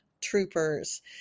Troopers